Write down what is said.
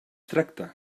tracta